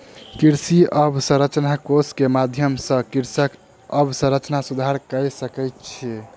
कृषि अवसंरचना कोष के माध्यम सॅ कृषक अवसंरचना सुधार कय सकै छै